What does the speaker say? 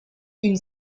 une